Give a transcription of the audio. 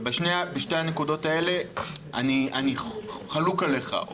ובשתי הנקודות האלה אני חלוק עליך,